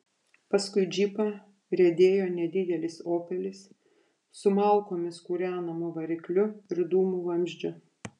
paskui džipą riedėjo nedidelis opelis su malkomis kūrenamu varikliu ir dūmų vamzdžiu